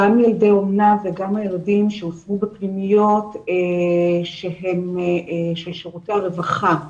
גם ילדי אומנה וגם ילדים שהושמו בפנימיות של שירותי הרווחה,